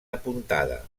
apuntada